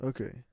Okay